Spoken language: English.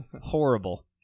Horrible